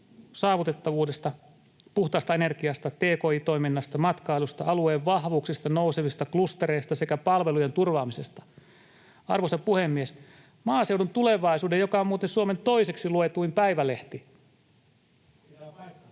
saavutettavuudesta, puhtaasta energiasta, tki-toiminnasta, matkailusta, alueen vahvuuksista, nousevista klustereista sekä palvelujen turvaamisesta. Arvoisa puhemies! Maaseudun Tulevaisuuden, joka on muuten Suomen toiseksi luetuin päivälehti, [Tuomas